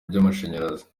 by’amashanyarazi